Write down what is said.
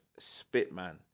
Spitman